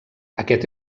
aquest